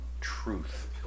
Truth